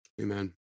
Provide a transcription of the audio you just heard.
Amen